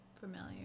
Familiar